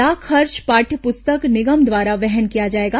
डाक खर्च पाठ्य पुस्तक निगम द्वारा वहन किया जाएगा